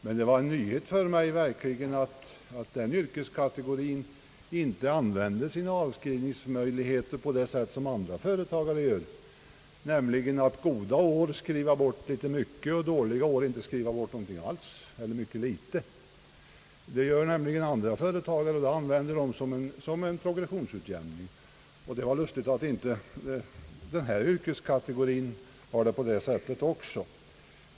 Men det var en verklig nyhet för mig, att denna yrkeskategori inte använder sina avskrivningsmöjligheter på det sätt som andra företagare gör, nämligen att goda år skriva av mycket och dåliga år inget alls eller mycket litet. Så gör nämligen andra företagare, som använder möjligheterna till progressionsutjämning. Det är märkligt att inte även denna yrkeskategori gör på det sättet.